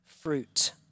fruit